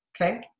okay